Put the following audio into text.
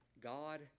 God